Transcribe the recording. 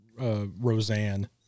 Roseanne